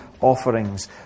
offerings